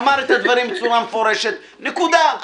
אמר את הדברים בצורה מפורשת, נקודה.